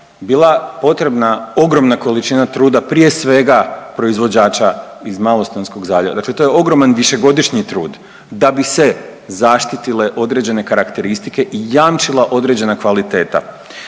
bila potrebna ogromna količina truda, prije svega proizvođača iz Malostonskog zaljeva. Dakle, to je ogroman višegodišnji trud da bi se zaštitile određene karakteristike i jamčila određena kvaliteta.